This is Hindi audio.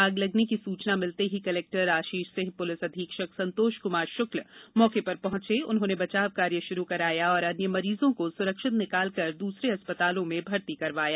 आग लगने की सूचना मिलते ही कलेक्टर आशीष सिंह पुलिस अधीक्षक संतोष कुमार शुक्ल मौके पर पहुंचे उन्होंने बचाव कार्य शुरू कराया और अन्य मरीजों को सुरक्षित निकाल कर दूसरे अस्पतालों में भर्ती कराया